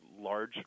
large